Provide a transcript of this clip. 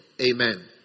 Amen